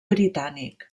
britànic